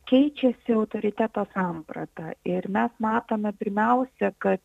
keičiasi autoriteto samprata ir mes matome pirmiausia kad